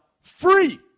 free